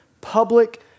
public